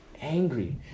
Angry